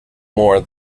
more